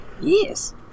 Yes